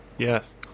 Yes